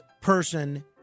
person